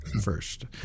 first